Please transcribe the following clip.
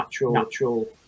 natural